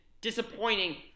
disappointing